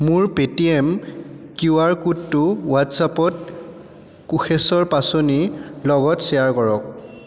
মোৰ Paytm Q R কোটটো ৱাট্ছেপত কোষেশ্বৰ পাচনি লগত শ্বেয়াৰ কৰক